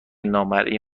نامرئی